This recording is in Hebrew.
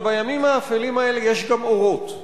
אבל בימים האפלים האלה יש גם אורות,